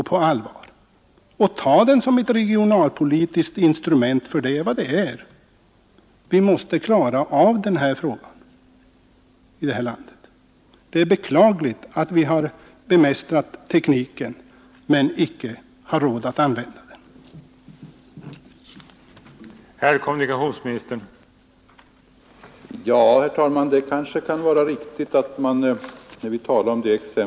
Vi måste uppfatta flyget som ett regionalpolitiskt instrument, ty det är vad det är. Det är beklagligt att vi har bemästrat tekniken men inte har råd att använda den.